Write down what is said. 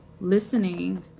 listening